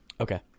Okay